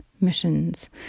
missions